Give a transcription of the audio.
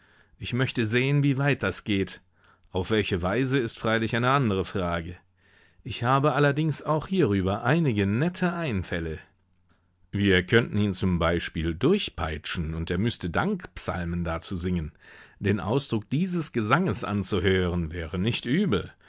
ich möchte sehen wie weit das geht auf welche weise ist freilich eine andere frage ich habe allerdings auch hierüber einige nette einfälle wir könnten ihn zum beispiel durchpeitschen und er müßte dankpsalmen dazu singen den ausdruck dieses gesanges anzuhören wäre nicht übel